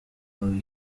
haba